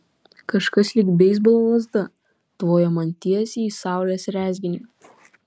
kažkas lyg beisbolo lazda tvojo man tiesiai į saulės rezginį